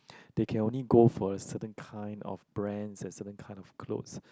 they can only go for a certain kind of brands and a certain kind of clothes